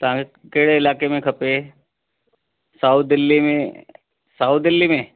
तव्हांखे कहिड़े इलाइके में खपे साउथ दिल्ली में साउथ दिल्ली में